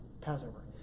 Passover